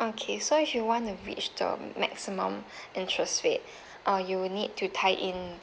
okay so if you want to reach the maximum interest rate uh you will need to tie in